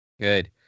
Good